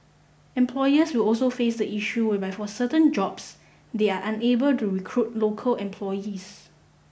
employers will also face the issue whereby for certain jobs they are unable to recruit local employees